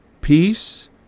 peace